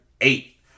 eight